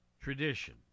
tradition